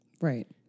Right